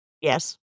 Yes